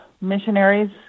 missionaries